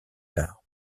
tard